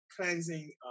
cleansing